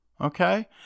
Okay